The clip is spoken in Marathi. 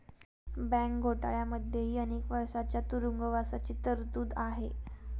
बँक घोटाळ्यांमध्येही अनेक वर्षांच्या तुरुंगवासाची तरतूद आहे